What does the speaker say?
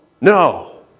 No